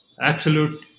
absolute